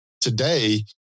today